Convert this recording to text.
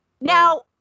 Now